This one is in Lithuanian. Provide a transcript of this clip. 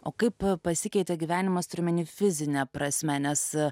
o kaip pasikeitė gyvenimas turiu mini fizine prasme nes